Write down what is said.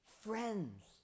friends